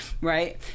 right